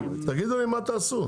תגידו לי מה תעשו?